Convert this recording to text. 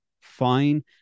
fine